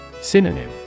Synonym